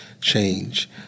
change